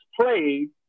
played